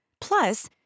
Plus